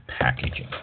packaging